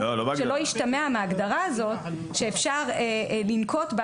שלא ישתמע מההגדרה הזאת שאפשר לנקוט בה